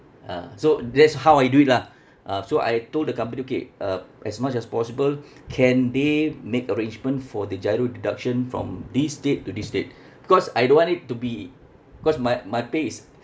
uh so that's how I do it lah uh so I told the company okay uh as much as possible can they make arrangement for the giro deduction from this date to this date because I don't want it to be cause my my pay is